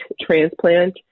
transplant